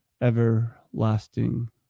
everlasting